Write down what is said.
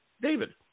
David